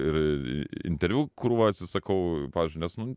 ir interviu krūvą atsisakau pavyzdžiui nes nu